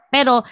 Pero